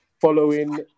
following